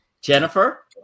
Jennifer